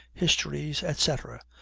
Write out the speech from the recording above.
histories, etc,